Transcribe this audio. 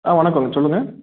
ஆ வணக்கம் சொல்லுங்கள்